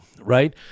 right